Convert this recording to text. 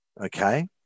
Okay